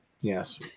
yes